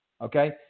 okay